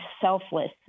selfless